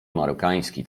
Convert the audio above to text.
marokański